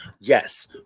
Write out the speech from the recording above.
yes